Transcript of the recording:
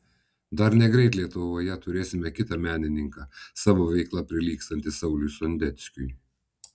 dar negreit lietuvoje turėsime kitą menininką savo veikla prilygstantį sauliui sondeckiui